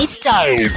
style